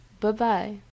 Bye-bye